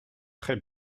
très